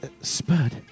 Spud